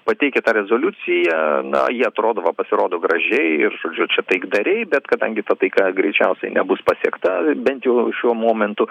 pateikę rezoliuciją na jie atrodo va pasirodo gražiai ir žodžiu čia taikdariai bet kadangi ta taika greičiausiai nebus pasiekta bent jau šiuo momentu